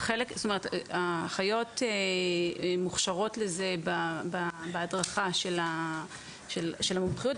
האחיות מוכשרות לזה בהדרכה של המומחיות,